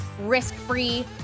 risk-free